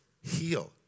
heal